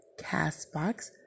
CastBox